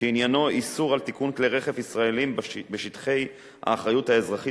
שעניינו איסור תיקון כלי רכב ישראליים בשטחי האחריות האזרחית